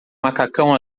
macacão